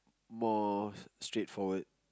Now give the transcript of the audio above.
more straight forward